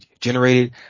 generated